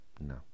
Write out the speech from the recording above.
No